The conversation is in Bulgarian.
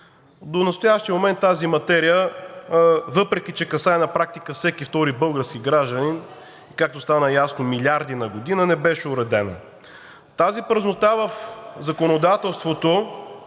До настоящия момент тази материя, въпреки че касае на практика всеки втори български гражданин – както стана ясно милиарди на година, не беше уредено. Тази празнота в законодателството